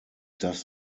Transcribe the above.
does